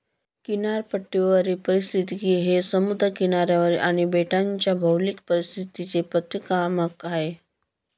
किनारपट्टीवरील पारिस्थितिकी हे समुद्र किनाऱ्यावरील आणि बेटांच्या भौगोलिक परिस्थितीचे प्रतीकात्मक आहे